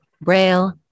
Braille